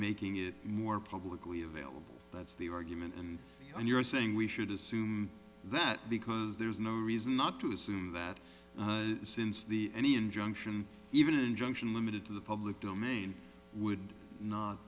making it more publicly available that's the argument and then you're saying we should assume that because there is no reason not to assume that since the any injunction even injunction limited to the public domain would not